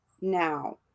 now